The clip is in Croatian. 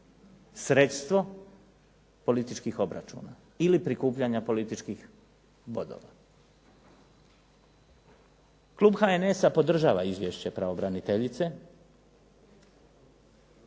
sredstvo političkih obračuna ili prikupljanja političkih bodova. Klub HNS-a podržava izvješće pravobraniteljice